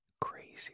crazy